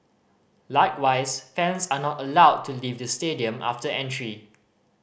likewise fans are not allowed to leave the stadium after entry